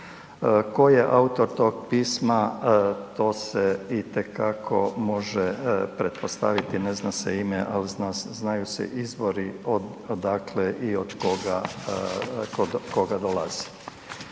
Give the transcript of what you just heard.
Ko je autor tog pisma, to se itekako može pretpostaviti, ne zna se ime, al zna se, znaju se izvori odakle i od koga, od